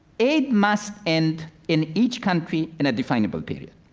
aid must end in each country in a definable period.